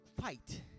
fight